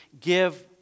give